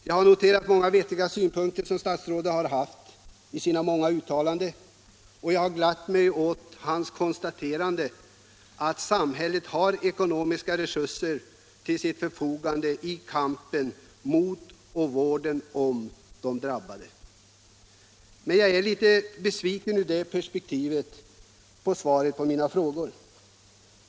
Jag har noterat många vettiga synpunkter som statsrådet gjort i sina många uttalanden och glatt mig åt konstaterandet att samhället har ekonomiska resurser till sitt förfogande i kampen mot bruket och missbruket samt i vården av de drabbade. Men jag är i det perspektivet besviken på svaret på mina frågor.